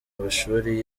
amashuli